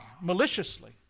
maliciously